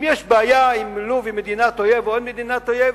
אם יש בעיה אם לוב היא מדינת אויב או לא מדינת אויב,